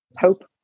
hope